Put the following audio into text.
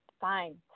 fine